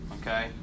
Okay